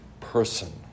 person